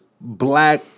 black